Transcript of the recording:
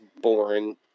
boring